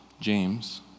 James